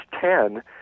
ten